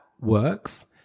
works